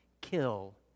Kill